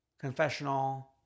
Confessional